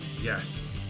Yes